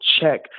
check